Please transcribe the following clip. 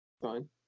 Fine